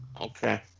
Okay